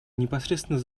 непосредственно